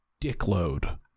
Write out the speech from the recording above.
dickload